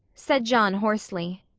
said john hoarsely.